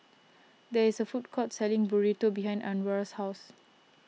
there is a food court selling Burrito behind Anwar's house